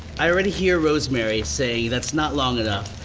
i already hear rosemary saying that's not long enough,